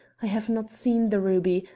i have not seen the ruby.